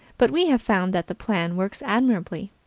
but we have found that the plan works admirably.